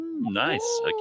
Nice